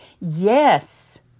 yes